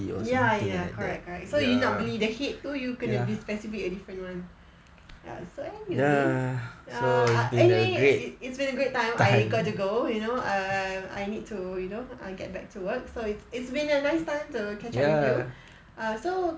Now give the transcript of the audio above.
ya ya correct correct so you nak beli the head tu you kena beli a specific a different one ya anyway it's been a great time I got to go you know err I need to you know I'll get back to work so it's it's been a nice time to catch up with you err so kalau nanti free you just